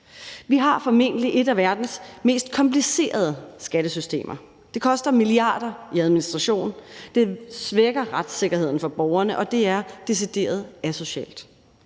Vi har formentlig et af verdens mest komplicerede skattesystemer. Det koster milliarder i administration, det svækker retssikkerheden for borgerne, og det er decideret asocialt.